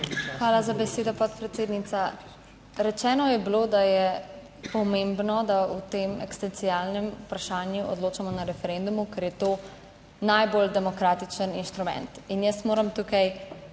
Hvala za besedo, podpredsednica. Rečeno je bilo, da je pomembno, da o tem ekstencialnem vprašanju odločamo na referendumu, ker je to najbolj demokratičen instrument in jaz moram tukaj